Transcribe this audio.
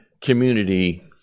community